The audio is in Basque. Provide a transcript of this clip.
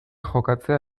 jokatzea